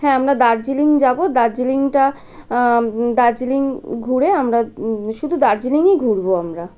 হ্যাঁ আমরা দার্জিলিং যাবো দার্জিলিংটা দার্জিলিং ঘুরে আমরা শুদু দার্জিলিংই ঘুরবো আমরা